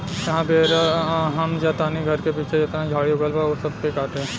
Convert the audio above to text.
एह बेरा हम जा तानी घर के पीछे जेतना झाड़ी उगल बा ऊ सब के काटे